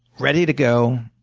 ready to go,